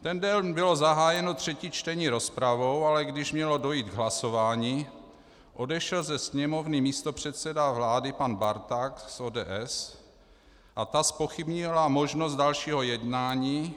Ten den bylo zahájeno třetí čtení rozpravou, ale když mělo dojít k hlasování, odešel ze sněmovny místopředseda vlády pan Barták z ODS a ta zpochybnila možnost dalšího jednání.